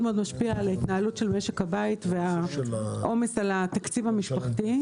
מאוד משפיע על התנהלות משק הבית והעומס על התקציב המשפחתי.